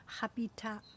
Habitat